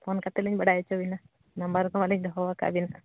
phone ᱠᱟᱛᱮᱞᱤᱧ ᱵᱟᱲᱟᱭ ᱦᱚᱪᱚ ᱵᱮᱱᱟ ᱱᱟᱢᱵᱟᱨ ᱠᱚᱦᱚᱸᱞᱤᱧ ᱫᱚᱦᱚ ᱟᱠᱟᱫᱟ ᱟᱹᱵᱤᱱᱟᱜ